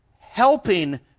helping